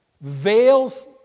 Veils